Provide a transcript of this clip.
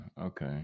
okay